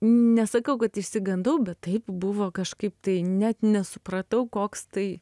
nesakau kad išsigandau bet taip buvo kažkaip tai net nesupratau koks tai